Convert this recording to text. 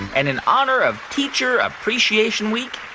and in honor of teacher appreciation week,